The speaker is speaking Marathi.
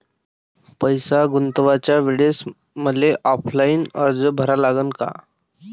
पैसे गुंतवाच्या वेळेसं मले ऑफलाईन अर्ज भरा लागन का?